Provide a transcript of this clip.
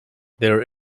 there